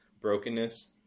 brokenness